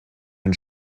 den